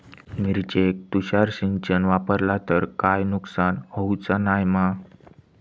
मिरचेक तुषार सिंचन वापरला तर काय नुकसान होऊचा नाय मा?